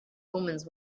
omens